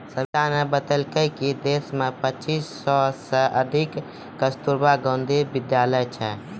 सविताने बतेलकै कि देश मे पच्चीस सय से अधिक कस्तूरबा गांधी बालिका विद्यालय छै